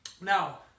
Now